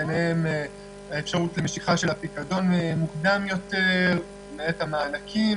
וביניהם אפשרות למשיכת הפיקדון מוקדם יותר ואת המענקים